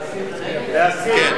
ההצעה להעביר